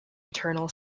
eternal